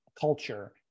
culture